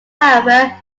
however